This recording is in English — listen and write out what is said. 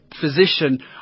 physician